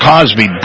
Cosby